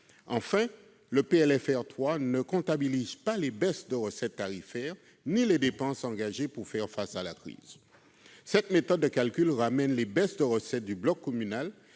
Enfin, le PLFR 3 ne comptabilise pas les baisses de recettes tarifaires, ni les dépenses engagées pour faire face à la crise. Cette méthode de calcul ramène les baisses de recettes du bloc communal